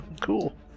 cool